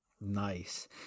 Nice